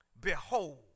Behold